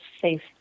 safe